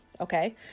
Okay